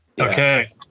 Okay